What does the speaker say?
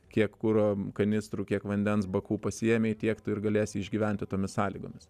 kiek kuro kanistrų kiek vandens bakų pasiėmei tiek tu ir galės išgyventi tomis sąlygomis